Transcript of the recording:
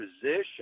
position